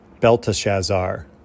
Belteshazzar